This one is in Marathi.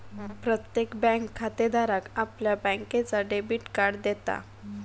प्रत्येक बँक खातेधाराक आपल्या बँकेचा डेबिट कार्ड देता